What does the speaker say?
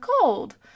cold